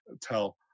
tell